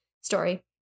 story